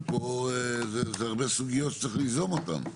פה זה הרבה סוגיות שצריך ליזום אותן.